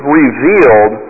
revealed